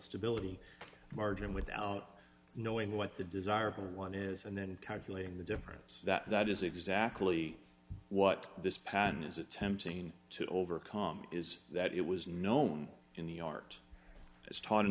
stability margin without knowing what the desired one is and then calculating the difference that is exactly what this pattern is attempting to overcome is that it was known in the art as taught in